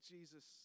Jesus